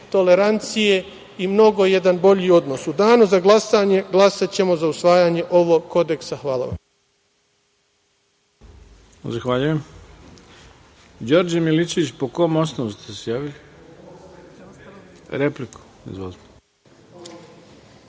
tolerancije i mnogo jedan bolji odnos.U danu za glasanje glasaćemo za usvajanje ovog kodeksa. Hvala vam.